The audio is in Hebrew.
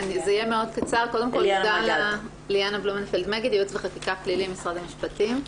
אני ממחלקת ייעוץ וחקיקה פלילי, משרד המשפטים.